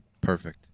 perfect